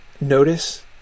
Notice